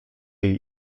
jej